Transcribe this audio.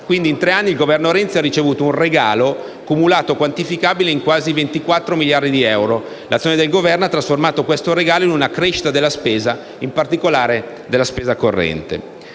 Quindi in tre anni il Governo Renzi ha ricevuto un regalo cumulato quantificabile in quasi 24 miliardi di euro. L'azione del Governo ha trasformato questo regalo in una crescita della spesa, in particolare di quella corrente.